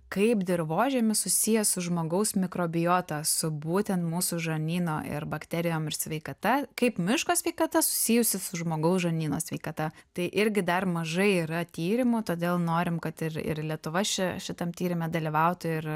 kaip dirvožemis susijęs su žmogaus mikrobiota su būtent mūsų žarnyno ir bakterijom ir sveikata kaip miško sveikata susijusi su žmogaus žarnyno sveikata tai irgi dar mažai yra tyrimų todėl norim kad ir ir lietuva ši šitam tyrime dalyvautų ir